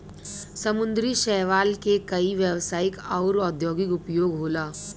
समुंदरी शैवाल के कई व्यवसायिक आउर औद्योगिक उपयोग होला